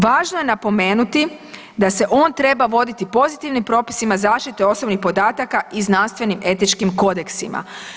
Važno je napomenuti da se on treba pozitivnim propisima zaštite osobnih podataka i znanstvenim etičkim kodeksima.